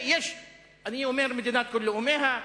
אני אומר מדינת כל לאומיה,